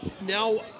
Now –